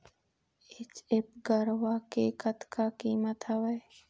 HF गरवा के कतका कीमत हवए?